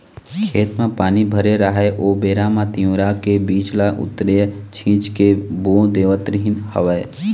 खेत म पानी भरे राहय ओ बेरा म तिंवरा के बीज ल उतेरा छिंच के बो देवत रिहिंन हवँय